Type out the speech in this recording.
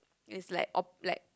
is like op~ like